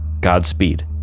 Godspeed